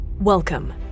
Welcome